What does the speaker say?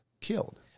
killed